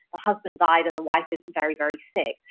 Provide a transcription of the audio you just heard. the husband died, and the wife is very, very sick.